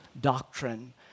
doctrine